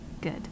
Good